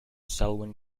selwyn